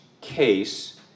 case